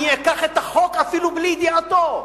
אני אקח את החוק אפילו בלי ידיעתו,